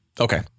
Okay